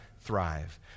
thrive